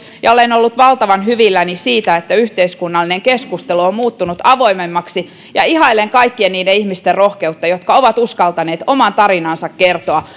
ja olen ollut valtavan hyvilläni siitä että yhteiskunnallinen keskustelu on muuttunut avoimemmaksi ihailen kaikkien niiden ihmisten rohkeutta jotka ovat uskaltaneet oman tarinansa kertoa